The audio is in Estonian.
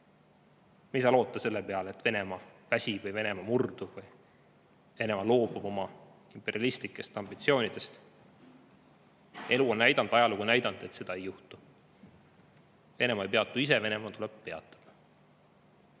ei saa loota selle peale, et Venemaa väsib või et Venemaa murdub või et Venemaa loobub oma imperialistlikest ambitsioonidest. Elu on näidanud, ajalugu on näidanud, et seda ei juhtu. Venemaa ei peatu ise, Venemaa tuleb peatada.